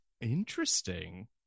interesting